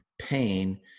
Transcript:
pain